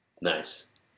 Nice